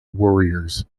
warriors